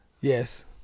Yes